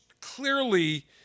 clearly